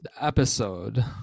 episode